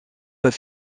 pas